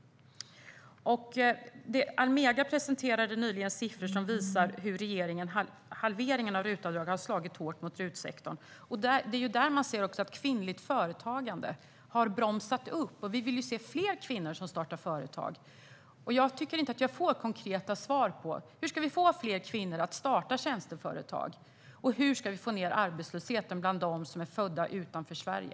Almega presenterade nyligen siffror som visar hur halveringen av RUT-avdraget har slagit hårt mot RUT-sektorn. Det är också där man ser att kvinnligt företagande har bromsat upp. Vi vill se fler kvinnor som startar företag. Jag tycker inte att jag får konkreta svar. Hur ska vi få fler kvinnor att starta tjänsteföretag? Och hur ska vi få ned arbetslösheten bland dem som är födda utanför Sverige?